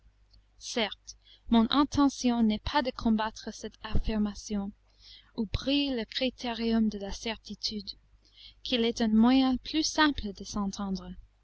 certes mon intention n'est pas de combattre cette affirmation où brille le critérium de la certitude qu'il est un moyen plus simple de s'entendre